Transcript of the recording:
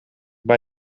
bij